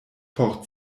por